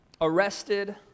Arrested